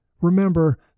Remember